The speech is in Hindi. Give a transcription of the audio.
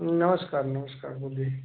नमस्कार नमस्कार बोलिए